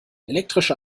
elektrische